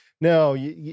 No